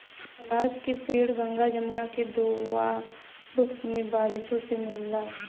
पलाश के पेड़ गंगा जमुना के दोआब में बारिशों से मिलला